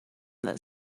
that